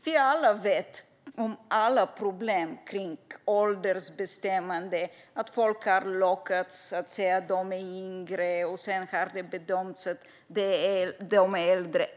Vi vet alla om problemen med åldersbestämningen. Folk har lockats att säga att de är yngre men har sedan bedömts vara äldre.